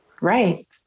Right